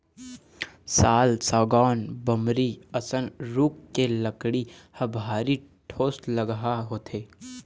साल, सागौन, बमरी असन रूख के लकड़ी ह भारी ठोसलगहा होथे